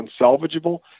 unsalvageable